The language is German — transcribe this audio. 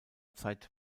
zeit